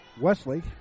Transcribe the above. Wesley